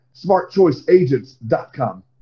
smartchoiceagents.com